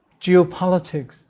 geopolitics